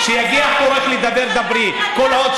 מה זה, כשיגיע תורך לדבר, דברי.